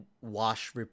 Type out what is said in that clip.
wash